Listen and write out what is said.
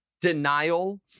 denial